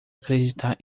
acreditar